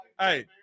hey